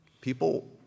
people